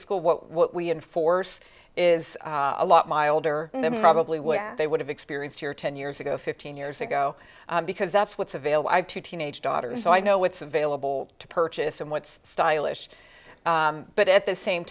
school what we enforce is a lot milder probably where they would have experienced here ten years ago fifteen years ago because that's what's available i have two teenage daughters so i know what's available to purchase and what's stylish but at the same